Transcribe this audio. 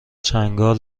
چنگال